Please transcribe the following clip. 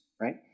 right